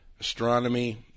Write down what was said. astronomy